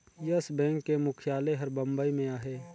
yes Bank के मुख्यालय हर बंबई में अहे